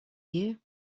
you